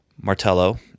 Martello